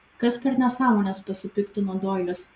kas per nesąmonės pasipiktino doilis